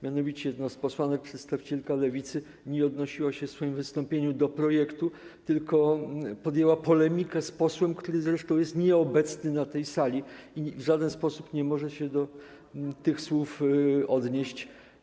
Mianowicie jedna z posłanek, przedstawicielka Lewicy, nie odnosiła się w swoim wystąpieniu do projektu, tylko podjęła polemikę z posłem, który jest nieobecny na tej sali i w żaden sposób nie może się do tych słów odnieść.